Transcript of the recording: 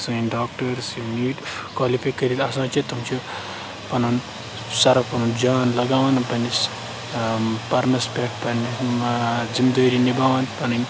سٲنۍ ڈاکٹٲرٕس یِم نیٖٹ کالِفے کٔرِتھ آسان چھِ تِم چھِ پَنُن سَرَف پَنُن جان لَگاوان پَنٕنِس پَرنَس پٮ۪ٹھ پَنٕنِس ذِمہٕ دٲری نِباوان پَنٕنۍ